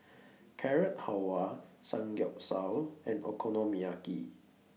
Carrot Halwa Samgeyopsal and Okonomiyaki